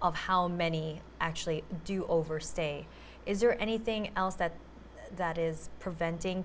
of how many actually do overstay is there anything else that that is preventing